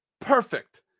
Perfect